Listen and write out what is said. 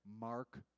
mark